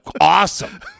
Awesome